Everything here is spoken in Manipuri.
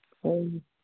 ꯎꯝ